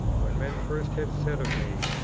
when men first had said of me,